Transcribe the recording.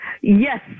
Yes